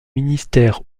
ministère